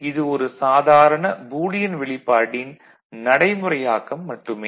இது ஒரு சாதாரண பூலியன் வெளிப்பாட்டின் நடைமுறையாக்கம் மட்டுமே